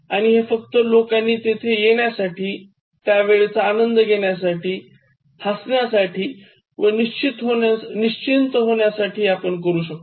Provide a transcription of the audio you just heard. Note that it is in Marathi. आणि हे फक्त लोकांनी तेथे येण्यासाठी त्यावेळचा आनंद घेण्यासाठी हसण्यासाठी व निश्चिन्त होण्यासाठी आपण करू शकतो